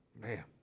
Man